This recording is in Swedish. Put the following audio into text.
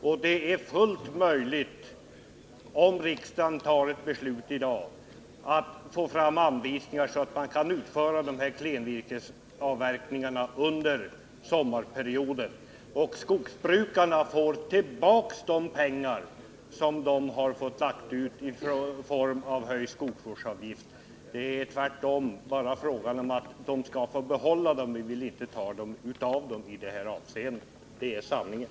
Om riksdagen fattar ett beslut i dag är det helt möjligt att få fram anvisningar, så att klenvirkesavverkningarna kan utföras under sommarperioden. Skogsbrukarna får tillbaka de pengar som de har måst lägga ut på grund av högre skogsvårdsavgift. De skall få behålla pengarna. Vi vill inte ta pengar ifrån dem, det är hela sanningen.